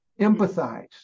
empathize